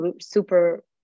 super